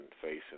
facing